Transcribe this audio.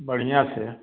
बढ़ियाँ से